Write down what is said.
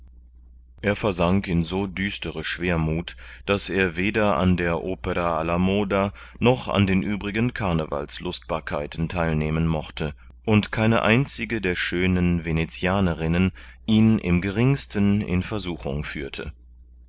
er versank in so düstere schwermuth daß er weder an der opera alla moda noch an den übrigen carnevalslustbarkeiten theil nehmen mochte und keine einzige der schönen venezianerinnen ihn im geringsten in versuchung führte